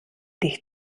dich